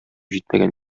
җитмәгән